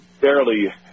barely